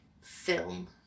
film